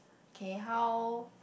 K how